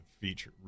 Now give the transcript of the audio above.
feature